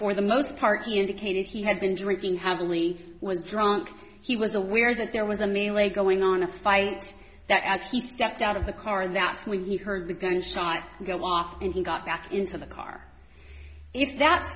for the most part he indicated he had been drinking heavily was drunk he was aware that there was a melee going on a fight that as he stepped out of the car that's when he heard the gunshot go off and he got back into the car if that's